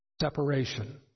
separation